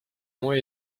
mois